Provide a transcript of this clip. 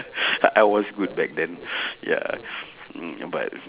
I was good back then ya mm but